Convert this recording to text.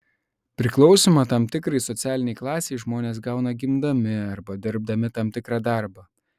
priklausymą tam tikrai socialinei klasei žmonės gauna gimdami arba dirbdami tam tikrą darbą